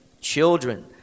children